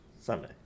Sunday